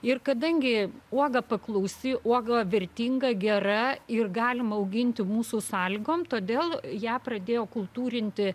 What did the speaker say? ir kadangi uoga paklausi uoga vertinga gera ir galima auginti mūsų sąlygom todėl ją pradėjo kultūrinti